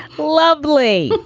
lovely.